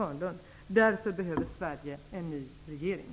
Hörnlund. Därför behöver Sverige en ny regering.